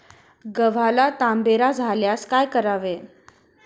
गव्हाला तांबेरा झाल्यास काय करावे?